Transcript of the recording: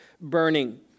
burning